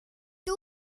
two